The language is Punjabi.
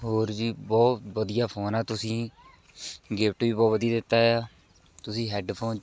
ਹੋਰ ਜੀ ਬਹੁਤ ਵਧੀਆ ਫੋਨ ਆ ਤੁਸੀਂ ਗਿਫਟ ਵੀ ਬਹੁਤ ਵਧੀਆ ਦਿੱਤਾ ਆ ਤੁਸੀਂ ਹੈਡਫੋਨ